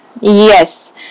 Yes